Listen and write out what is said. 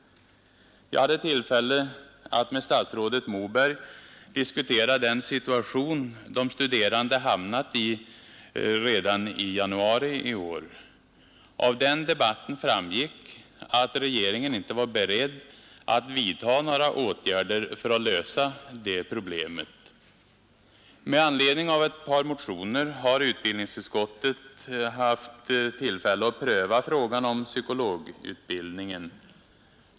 Jag hade tillfälle redan i januari i år att med statsrådet Moberg diskutera den situation de studerande hamnat i. Av den debatten framgick att regeringen inte var beredd att vidta några åtgärder för att lösa det problemet. Med anledning av ett par motioner har utbildningsutskottet prövat frågan om psykologutbildningen.